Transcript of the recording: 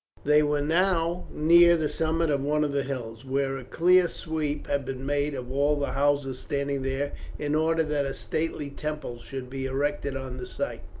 they were now near the summit of one of the hills, where a clear sweep had been made of all the houses standing there in order that a stately temple should be erected on the site.